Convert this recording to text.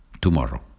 tomorrow